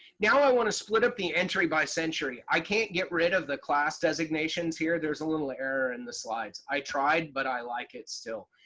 now i want to split up the entry by century. i can't get rid of the class designations here. there's a little error in the slides. i tried, but i like it still.